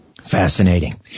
Fascinating